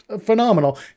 phenomenal